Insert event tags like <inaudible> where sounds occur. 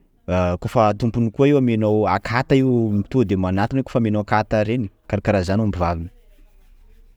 <hesitation> koafa tompony koa io amenao akata to io to de manantona o kôfa amianao akata reny, karakarah zany omby vavy.